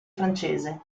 francese